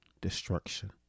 destruction